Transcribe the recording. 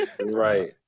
Right